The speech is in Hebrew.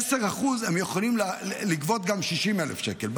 ב-10% האלה הם יכולים לגבות גם 60,000 שקל,